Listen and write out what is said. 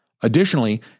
Additionally